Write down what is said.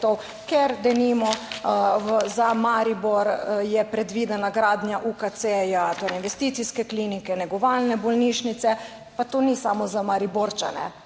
ker denimo za Maribor je predvidena gradnja UKC, torej investicijske klinike, negovalne bolnišnice, pa to ni samo za Mariborčane,